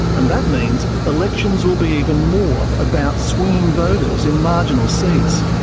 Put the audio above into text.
and that means elections will be even more about swinging voters in marginal seats.